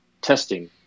testing